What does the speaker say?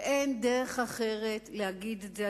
אין דרך אחרת להגיד את זה,